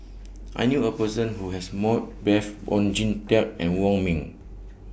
I knew A Person Who has More Oon Jin Teik and Wong Ming